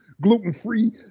Gluten-free